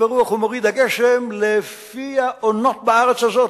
הרוח ומוריד הגשם" לפי העונות בארץ הזאת,